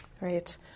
Right